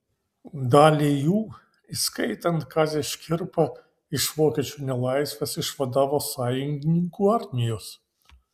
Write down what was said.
dalį jų įskaitant kazį škirpą iš vokiečių nelaisvės išvadavo sąjungininkų armijos